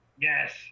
Yes